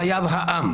חייב העם,